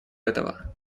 этого